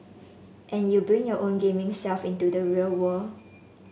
and you bring your own gaming self into the real world